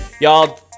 y'all